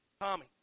Tommy